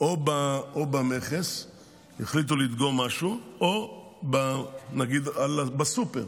או במכס יחליטו לדגום משהו, או נגיד בסופר.